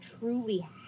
truly